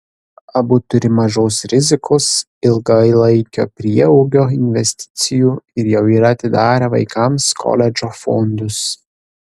abu turi mažos rizikos ilgalaikio prieaugio investicijų ir jau yra atidarę vaikams koledžo fondus